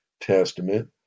testament